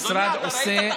אדוני, אתה ראית?